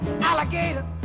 alligator